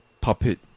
puppet